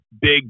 big